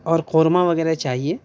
اور قورمہ وغیرہ چاہیے